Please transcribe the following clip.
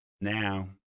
now